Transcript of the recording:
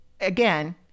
again